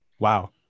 Wow